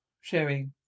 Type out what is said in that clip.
Sharing